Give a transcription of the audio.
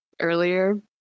earlier